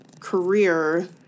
career